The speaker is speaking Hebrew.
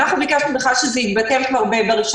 אנחנו ביקשנו בכלל שזה התבטל כבר ב-1